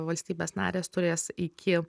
valstybės narės turės iki